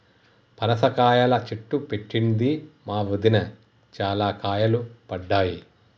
పనస కాయల చెట్టు పెట్టింది మా వదిన, చాల కాయలు పడ్డాయి